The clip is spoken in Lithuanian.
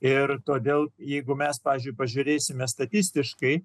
ir todėl jeigu mes pavyzdžiui pažiūrėsime statistiškai